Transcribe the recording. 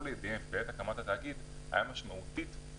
לידיהם בעת הקמת התאגיד היה משמעותית,